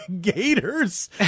gators